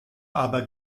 aber